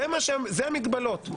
אלה המגבלות.